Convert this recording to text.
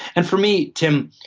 and for me tim,